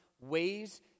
ways